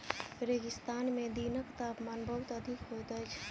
रेगिस्तान में दिनक तापमान बहुत अधिक होइत अछि